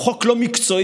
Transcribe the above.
הוא חוק לא מקצועי.